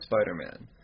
Spider-Man